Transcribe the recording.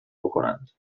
بکنند